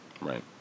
right